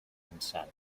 ansat